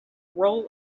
role